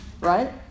Right